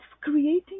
creating